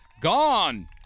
gone